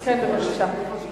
בבקשה.